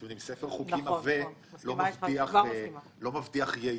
זה שיש ספר חוקים עבה לא מבטיח יעילות.